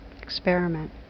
Experiment